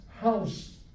house